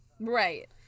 Right